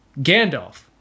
Gandalf